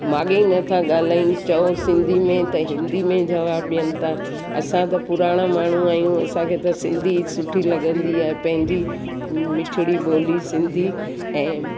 माॻे ई न सां ॻाल्हाइनि चओ सिंधी में त हिंदी में जवाब ॾेअनि था असां त पुराणा माण्हू आहियूं असांखे त सिंधी सुठी लॻंदी आहे पंहिंजी मिठड़ी ॿोली सिंधी ऐं